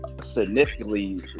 significantly